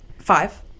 Five